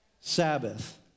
Sabbath